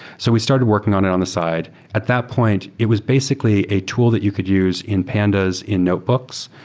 so we started working on it on the side. at that point, it was basically a tool that you could use in pandas in notebooks,